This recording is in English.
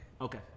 Okay